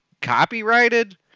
Copyrighted